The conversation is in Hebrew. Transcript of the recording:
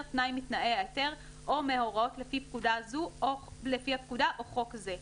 תנאי מתנאי ההיתר או מהוראות לפי הפקודה או חוק זה,